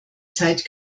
zeit